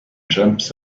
jumps